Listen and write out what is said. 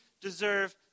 deserve